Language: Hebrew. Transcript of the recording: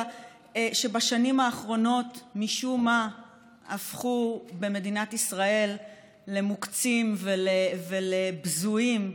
שבשנים האחרונות משום מה הפכו במדינת ישראל למוקצים ובזויים,